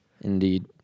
indeed